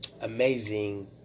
amazing